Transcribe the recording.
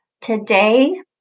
today